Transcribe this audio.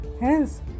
hence